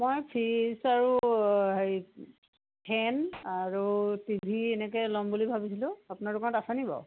মই ফ্ৰিজ আৰু হেৰি ফেন আৰু টিভি এনেকৈ ল'ম বুলি ভাবিছোঁ আপোনাৰ লগত আছেনি বাৰু